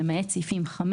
למעט לפי סעיפים 5,